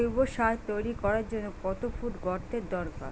জৈব সার তৈরি করার জন্য কত ফুট গর্তের দরকার?